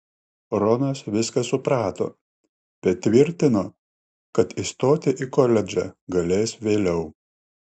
ronas viską suprato bet tvirtino kad įstoti į koledžą galės vėliau